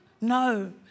No